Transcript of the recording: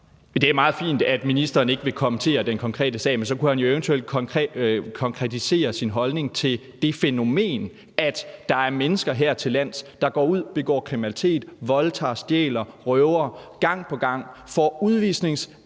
Det er meget fint, at ministeren ikke vil kommentere den konkrete sag, men så kunne han jo eventuelt konkretisere sin holdning til det fænomen, at der er mennesker hertillands, der går ud og begår kriminalitet, som voldtager, stjæler, røver, gang på gang, som får udvisningsadvarsler